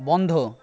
বন্ধ